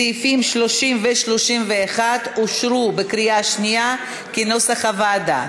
סעיפים 30 ו-31 אושרו בקריאה שנייה כנוסח הוועדה.